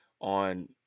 on